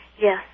Yes